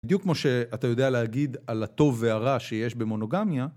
בדיוק כמו שאתה יודע להגיד על הטוב והרע שיש במונוגמיה